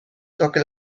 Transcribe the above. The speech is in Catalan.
toca